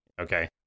Okay